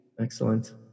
Excellent